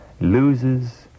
loses